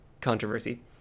controversy